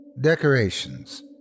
Decorations